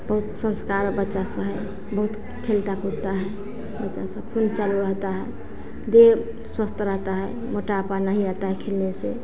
बहुत संस्कार बच्चा स है बहुत खेलता कूदता है बच्चा स खून चालू रहता है देह स्वस्थ रहता है मोटापा नहीं आता है खेलने से